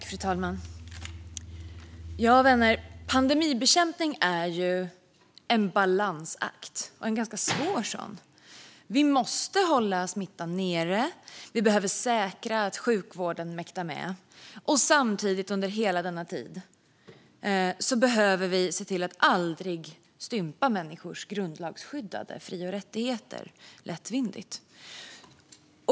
Fru talman! Ja, vänner, pandemibekämpning är en balansakt, och en ganska svår sådan. Vi måste hålla smittan nere och säkra att sjukvården mäktar med, och samtidigt behöver vi under hela denna tid se till att aldrig stympa människors grundlagsskyddade fri och rättigheter lättvindigt.